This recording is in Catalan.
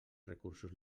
recursos